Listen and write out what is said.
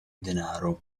denaro